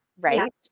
right